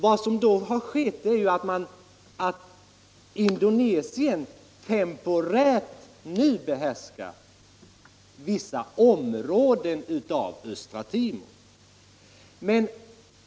Vad som då har skett är ju att Indonesien nu temporärt kommit att behärska vissa områden av Östra Timor.